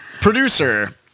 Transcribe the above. Producer